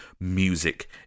music